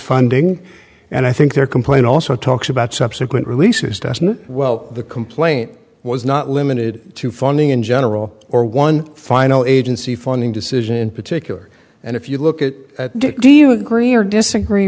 funding and i think their complaint also talks about subsequent releases doesn't well the complaint was not limited to funding in general or one final agency funding decision in particular and if you look at do you agree or disagree